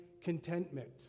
contentment